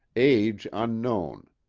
age unknown.